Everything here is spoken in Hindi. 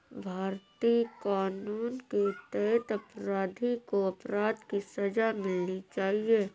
भारतीय कानून के तहत अपराधी को अपराध की सजा मिलनी चाहिए